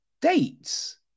dates